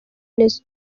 neza